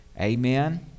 amen